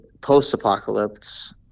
post-apocalypse